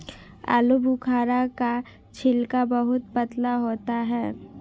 आलूबुखारा का छिलका बहुत पतला होता है